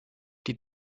die